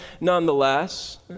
nonetheless